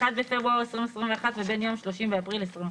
בפברואר 2021 ובין יום 30 באפריל 2021,